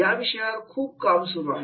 या विषयावर खूप काम सुरू आहे